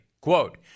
quote